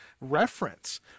reference